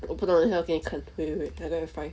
我不懂他要给你看 wait wait wait I go and find